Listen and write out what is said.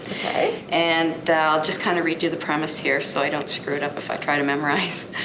and i'll just kind of read you the premise here so i don't screw it up if i try to memorize.